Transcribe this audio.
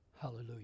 Hallelujah